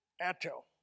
Atto